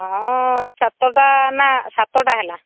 ହଁ ସାତଟା ନା ସାତଟା ହେଲା